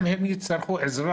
אם הם יצטרכו עזרה,